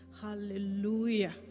Hallelujah